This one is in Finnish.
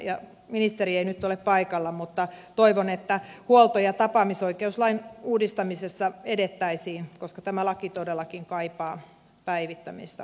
ministeri ei nyt ole paikalla mutta toivon että huolto ja tapaamisoikeuslain uudistamisessa edettäisiin koska tämä laki todellakin kaipaa päivittämistä